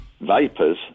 vapors